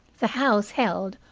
the house held,